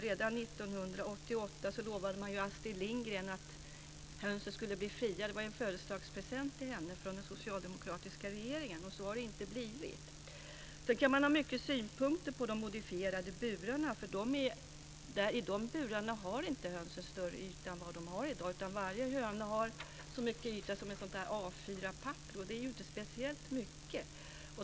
Redan 1988 lovade man Astrid Lindgren att hönsen skulle bli fria. Det var en födelsedagspresent till henne från den socialdemokratiska regeringen. Och så har det inte blivit. Sedan kan man ha många synpunkter på de modifierade burarna. I de burarna har höns inte större yta än de i dag har. Varje höna har en yta som ett A 4 papper, och det är ju inte speciellt mycket.